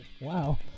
Wow